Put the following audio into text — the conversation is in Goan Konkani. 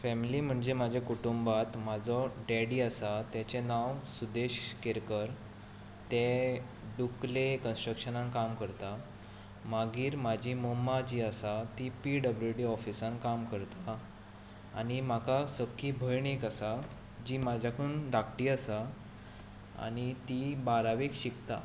फॅमिली म्हणजें म्हज्या कुटूंबांत म्हजो डॅडी आसा ताचें नांव सिदेश केरकर ते डुकले कंस्ट्रकशनांत काम करतात मागीर म्हजी मम्मा जी आसा ती पी डबल्यू डी ऑफिसांत काम करता आनी म्हाका सक्की भयण एक आसा जी म्हज्याकून धाकटी आसा आनी ती बारावेक शिकता